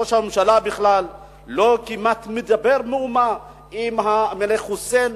ראש הממשלה בכלל כמעט לא מדבר מאומה עם המלך חוסיין,